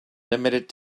limited